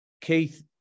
Keith